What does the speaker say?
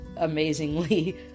amazingly